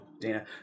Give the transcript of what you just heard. Dana